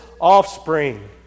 offspring